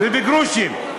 זה בגרושים.